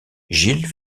gilles